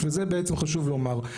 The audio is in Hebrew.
וזה בעצם חשוב לומר,